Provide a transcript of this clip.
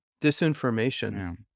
Disinformation